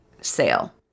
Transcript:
sale